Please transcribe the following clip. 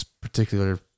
particular